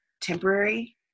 temporary